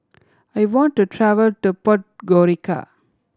I want to travel to Podgorica